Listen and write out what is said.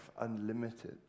unlimited